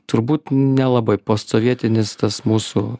turbūt nelabai postsovietinis tas mūsų